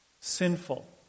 sinful